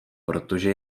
protože